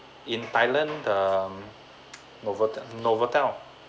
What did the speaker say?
in thailand the novotel novotel